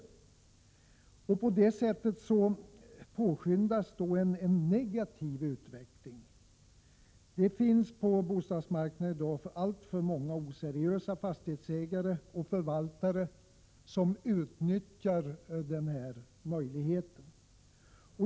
På det sättet påskyndas en negativ utveckling. Det finns på bostadsmarknaden i dag alltför många oseriösa fastighetsägare och förvaltare som utnyttjar denna möjlighet.